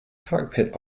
cockpit